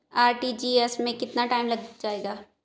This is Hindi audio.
आर.टी.जी.एस में कितना टाइम लग जाएगा?